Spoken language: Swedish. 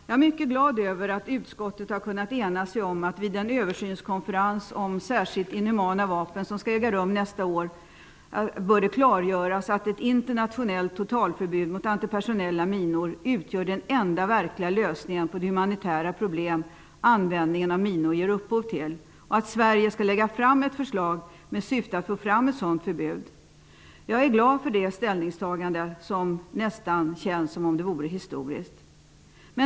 Jag är mycket glad över att utskottet har kunnat ena sig om att det vid den översynskonferens om särskilt inhumana vapen som skall äga rum nästa år bör klargöras att ett internationellt totalförbud mot antipersonella minor utgör den enda verkliga lösningen på det humanitära problem användningen av minor ger upphov till och att Sverige skall lägga fram ett förslag med syfte att åstadkomma ett sådant förbud. Jag är glad för det ställningstagandet, som nästan känns som om det vore historiskt.